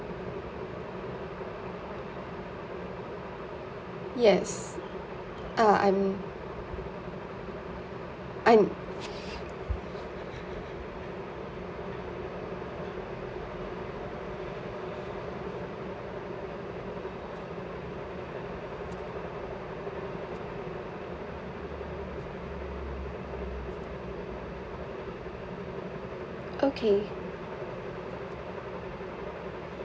yes uh I'm I'm okay